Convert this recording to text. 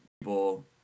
people